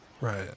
right